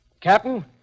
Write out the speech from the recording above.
Captain